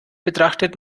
betrachtet